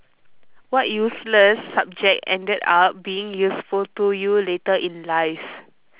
what useless subject ended up being useful to you later in life